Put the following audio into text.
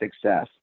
success